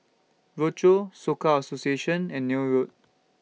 Rochor Soka Association and Neil Road